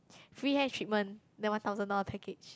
free hair treatment the one thousand dollar package